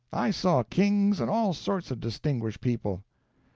i saw kings and all sorts of distinguished people.